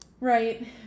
Right